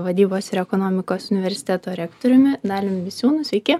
vadybos ir ekonomikos universiteto rektoriumi daliumi misiūnu sveiki